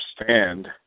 understand